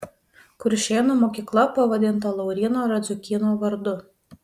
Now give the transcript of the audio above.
kuršėnų mokykla pavadinta lauryno radziukyno vardu